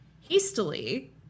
hastily